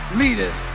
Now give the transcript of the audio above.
leaders